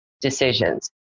decisions